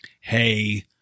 Hey